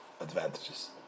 advantages